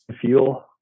fuel